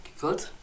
Good